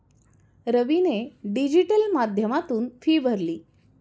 रवीने डिजिटल माध्यमातून फी भरली